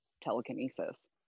telekinesis